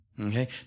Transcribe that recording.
Okay